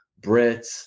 Brits